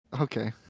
okay